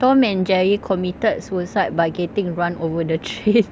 tom and jerry committed suicide by getting run over the train